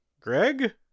Greg